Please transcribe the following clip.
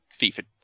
FIFA